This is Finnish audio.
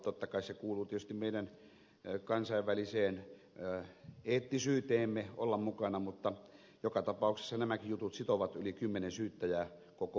totta kai se kuuluu tietysti meidän kansainväliseen eettisyyteemme olla mukana mutta joka tapauksessa nämäkin jutut sitovat yli kymmenen syyttäjää koko vuodeksi